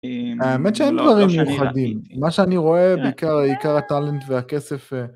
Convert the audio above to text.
האמת שאין דברים מיוחדים. מה שאני רואה בעיקר, בעיקר הטאלנט והכסף...